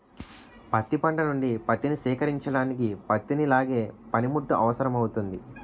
పత్తి పంట నుండి పత్తిని సేకరించడానికి పత్తిని లాగే పనిముట్టు అవసరమౌతుంది